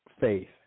faith